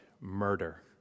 murder